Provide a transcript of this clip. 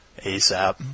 ASAP